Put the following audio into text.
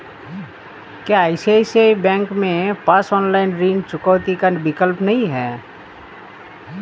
क्या ICICI bank के पास ऑनलाइन ऋण चुकौती का विकल्प नहीं है?